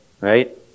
right